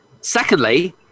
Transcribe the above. Secondly